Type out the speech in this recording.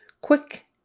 quick